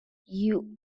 you